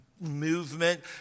movement